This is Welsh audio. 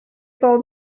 bod